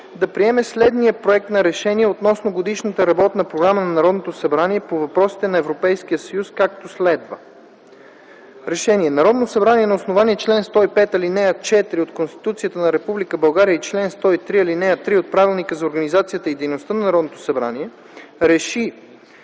да приеме следния проект на решение относно Годишната работна програма на Народното събрание по въпросите на Европейския съюз както следва: „РЕШЕНИЕ Народното събрание на основание чл. 105, ал. 4 от Конституцията на Република България и чл. 103, ал. 3 от Правилника за организацията и дейността на Народното събрание РЕШИ